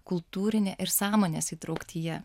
kultūrinė ir sąmonės įtrauktyje